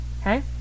Okay